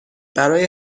برای